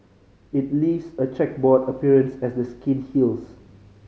it leaves a chequerboard appearance as the skin heals